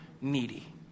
needy